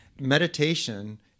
meditation